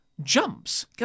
jumps